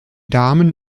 damen